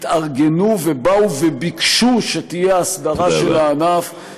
התארגנו ובאו וביקשו שתהיה הסדרה של הענף תודה רבה.